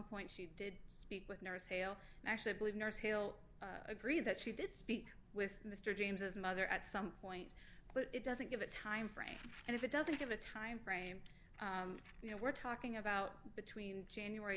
point she did speak with nurse hale actually i believe nurse hale agree that she did speak with mr james as mother at some point but it doesn't give a timeframe and if it doesn't give a timeframe you know we're talking about between january